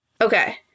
Okay